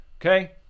okay